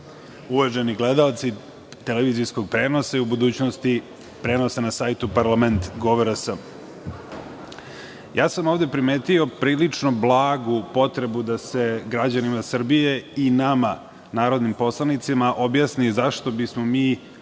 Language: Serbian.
uvaženi gledaoci televizijskog prenosa i u budućnosti prenosa na sajtu, ovde sam primetio prilično blagu potrebu da se građanima Srbije i nama narodnim poslanicima objasni zašto bismo mi